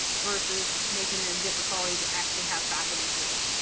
versus making it difficult to actually have faculty do it.